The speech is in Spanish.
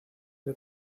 the